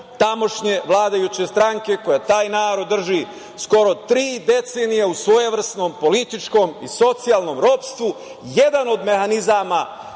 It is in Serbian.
tamošnje vladajuće stranke koja taj narod drži skoro tri decenije u svojevrsnom političkom i socijalnom ropstvu. Jedan od mehanizama